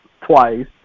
twice